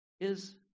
Is